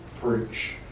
preach